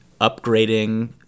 upgrading